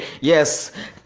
Yes